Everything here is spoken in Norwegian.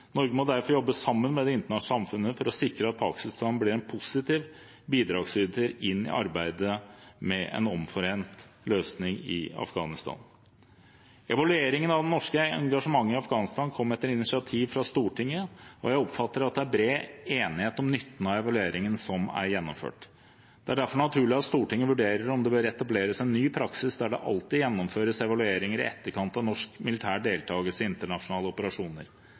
Norge må derfor jobbe sammen med det internasjonale samfunnet for å sikre at Pakistan blir en positiv bidragsyter inn i arbeidet med å finne en omforent løsning i Afghanistan. Evalueringen av det norske engasjementet i Afghanistan kom etter initiativ fra Stortinget, og jeg oppfatter at det er bred enighet om nytten av evalueringen som er gjennomført. Det er derfor naturlig at Stortinget vurderer om det bør etableres en ny praksis der det alltid gjennomføres evalueringer i etterkant av norsk militær deltakelse i internasjonale operasjoner.